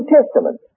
Testament